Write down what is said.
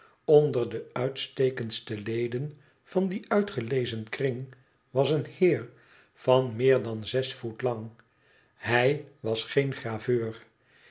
onder de uitstekendste leden van dien uitgelezen krmg was een heer van meer dan zes voet lang hij was geen graveur